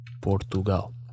Portugal